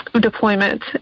deployment